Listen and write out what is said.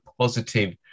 positive